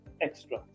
extra